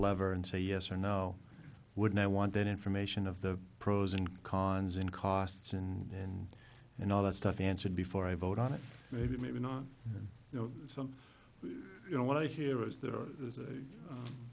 lever and say yes or no wouldn't i want that information of the pros and cons and costs and and and all that stuff answered before i vote on it maybe maybe not you know something you know what i hear is th